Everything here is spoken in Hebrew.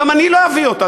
גם אני לא אביא אותה,